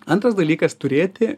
antras dalykas turėti